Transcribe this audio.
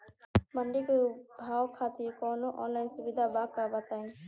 मंडी के भाव खातिर कवनो ऑनलाइन सुविधा बा का बताई?